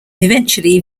eventually